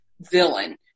villain